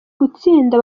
gutsinda